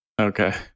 okay